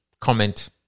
comment